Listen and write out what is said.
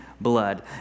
blood